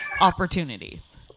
opportunities